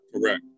correct